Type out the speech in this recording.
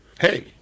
Hey